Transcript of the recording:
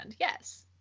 yes